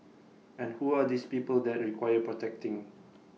and who are these people that require protecting